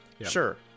Sure